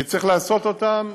כי צריך לעשות אותם,